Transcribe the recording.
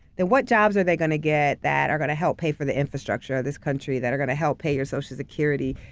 than what jobs are they gonna get that are gonna help pay for the infrastructure of this country, that are gonna help pay your social security.